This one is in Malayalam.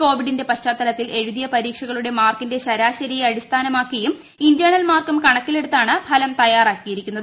കോവിഡിന്റെ പശ്ചാത്തലത്തിൽ എഴുതിയ പരീക്ഷകളുടെ മാർക്കിന്റെ ശരാശരിയെ അടിസ്ഥാനമാക്കിയും ഇന്റേണൽ മാർക്കും കണക്കിലെടുത്താണു ഫലം തയാറാക്കിയിരിക്കുന്നത്